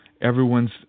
everyone's